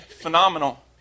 phenomenal